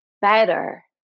better